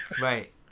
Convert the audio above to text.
Right